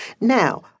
Now